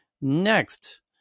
Next